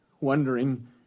wondering